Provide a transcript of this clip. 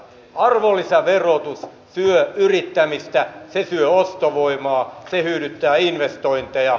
arvonlisäverotus syö yrittämistä se syö ostovoimaa se hyydyttää investointeja